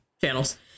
channels